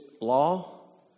law